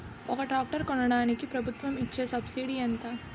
ఒక ట్రాక్టర్ కొనడానికి ప్రభుత్వం ఇచే సబ్సిడీ ఎంత?